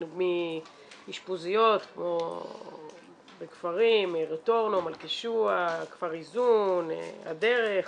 מאשפוזיות, בכפרים- -- מלכישוע, כפר איזון, הדרך.